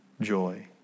joy